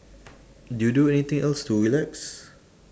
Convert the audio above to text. you do anything else to relax